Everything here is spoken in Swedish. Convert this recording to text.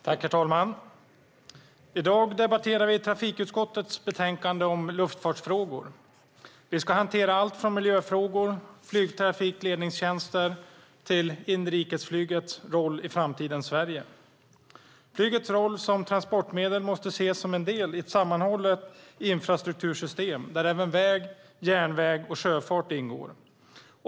Herr talman! I dag debatterar vi trafikutskottets betänkande om luftfartsfrågor. Vi ska hantera allt från miljöfrågor och flygtrafikledningstjänster till inrikesflygets roll i framtidens Sverige. Flygets roll som transportmedel måste ses som en del i ett sammanhållet infrastruktursystem där även väg, järnväg och sjöfart ingår.